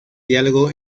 diálogo